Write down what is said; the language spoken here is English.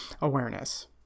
awareness